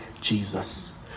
Jesus